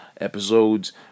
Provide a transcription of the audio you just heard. episodes